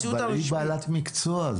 אבל היא בעלת מקצוע.